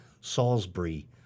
Salisbury